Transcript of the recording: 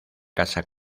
casa